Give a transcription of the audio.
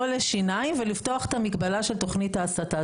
לשיניים ולפתוח את המגבלה של תכנית ההסטה,